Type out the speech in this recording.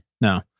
No